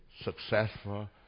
successful